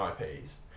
IPs